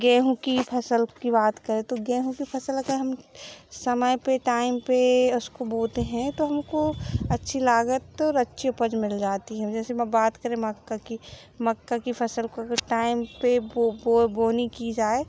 गेहूँ की फ़सल की बात करें तो गेहूँ कि फसल हम समय पर टाइम पर उसको बोते हैं तो हमको अच्छी लागत और अच्छी उपज मिल जाती है जैसे हम बात करें मक्के की मक्काे की फसल को अगर टाइम पर बोनी की जाए